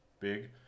big